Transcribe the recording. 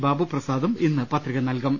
ബാബു പ്രസാദും ഇന്ന് പത്രിക നൽകും